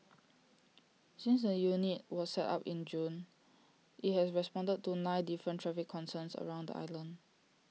since the unit was set up in June IT has responded to nine different traffic concerns around the island